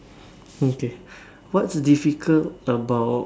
okay what's difficult about